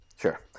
Sure